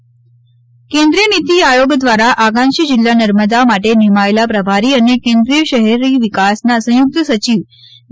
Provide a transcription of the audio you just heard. થારા કેન્દ્રિય નિતિ આયોગ દ્વારા આકાંક્ષી જીલ્લા નર્મદા માટે નિમાયેલા પ્રભારી અને કેન્દ્રિય શહેરી વિકાસના સંયુક્ત સચિવ ડી